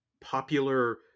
popular